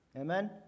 Amen